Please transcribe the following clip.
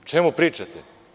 O čemu pričate?